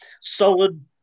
solid